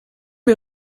est